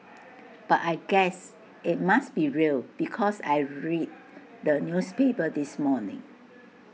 but I guess IT must be real because I read the newspapers this morning